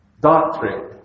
doctrine